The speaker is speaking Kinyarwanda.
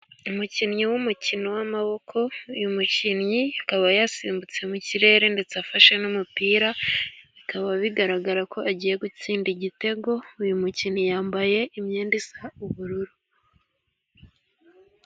Umukinnyi w'umukino w'amaboko, uyu mukinnyi akaba yasimbutse mu kirere, ndetse afashe n'umupira, bikaba bigaragara ko agiye gutsinda igitego, uyu mukinnyi yambaye imyenda isa ubururu.